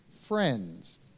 friends